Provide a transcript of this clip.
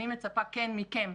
אני מצפה כן מכם,